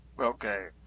Okay